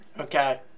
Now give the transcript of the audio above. Okay